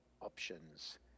options